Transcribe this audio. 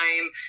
time